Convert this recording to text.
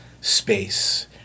space